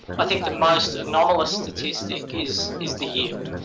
i think the most anomalous statistic is is the yield,